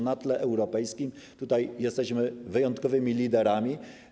Na tle europejskim tutaj jesteśmy wyjątkowymi liderami.